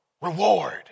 reward